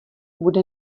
bude